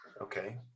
Okay